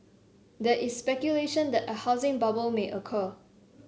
there is speculation that a housing bubble may occur